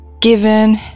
given